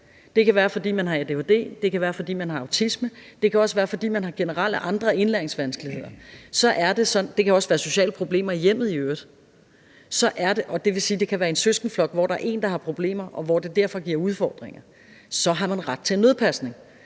det kan være, fordi barnet har adhd; det kan være, fordi barnet har autisme; det kan være, fordi barnet har andre generelle indlæringsvanskeligheder; det kan også være sociale problemer i hjemmet i øvrigt, og det vil sige, at det kan være en søskendeflok, hvor der er én, der har problemer, og hvor det derfor giver udfordringer. Det vil sige,